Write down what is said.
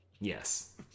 Yes